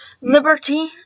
Liberty